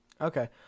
Okay